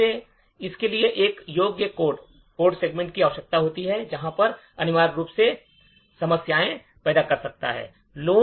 दूसरे इसके लिए एक योग्य कोड सेगमेंट की आवश्यकता होती है जो अनिवार्य रूप से समस्याएं पैदा कर सकता है